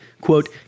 quote